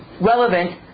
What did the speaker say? relevant